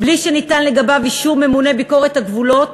בלי שניתן לגביו אישור ממונה ביקורת הגבולות,